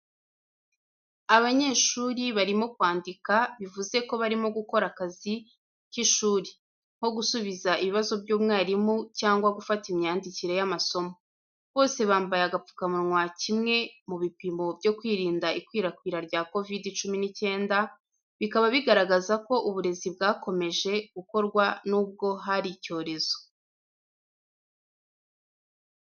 Abanyeshuri barimo kwandika, bivuze ko barimo gukora akazi cy’ishuri, nko gusubiza ibibazo by’umwarimu cyangwa gufata imyandikire y’amasomo. Bose bambaye agapfukamunwa kimwe mu bipimo byo kwirinda ikwirakwira rya COVID-19, bikaba bigaragaza uko uburezi bwakomeje gukorwa nubwo hari icyorezo.